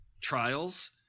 trials